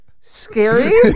Scary